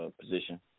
position